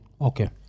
Okay